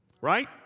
Right